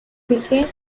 became